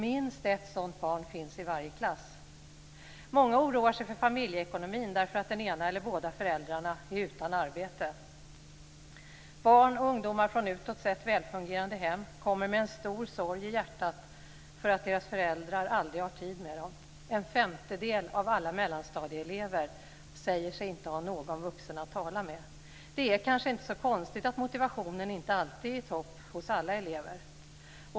Minst ett sådant barn finns i varje klass. Många oroar sig för familjeekonomin därför att den ena av eller båda föräldrarna är utan arbete. Barn och ungdomar från utåt sett väl fungerande hem kommer med en stor sorg i hjärtat därför att deras föräldrar aldrig har tid med dem. En femtedel av alla mellanstadieelever säger sig inte ha någon vuxen att tala med. Det är kanske inte så konstigt att motivationen inte alltid är i topp hos alla elever.